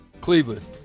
Cleveland